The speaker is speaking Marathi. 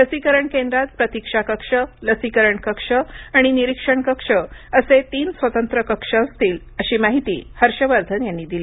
लसीकरण केंद्रात प्रतीक्षा कक्ष लसीकरण कक्ष आणि निरीक्षण कक्ष असे तीन स्वतंत्र कक्ष असतील अशी माहिती हर्ष वर्धन यांनी दिली